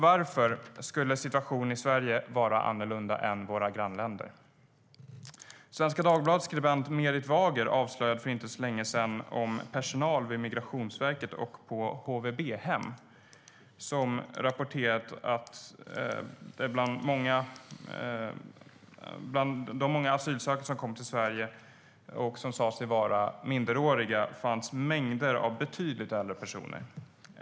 Varför skulle situationen i Sverige vara annorlunda än i våra grannländer? Svenska Dagbladets skribent Merit Wager avslöjade för inte så länge sedan att personal vid Migrationsverket och på HVB-hem rapporterat att det bland de många asylsökande i Sverige som sa sig vara minderåriga fanns mängder av betydligt äldre personer.